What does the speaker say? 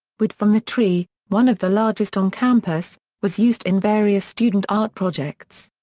wood from the tree, one of the largest on campus, was used in various student art projects.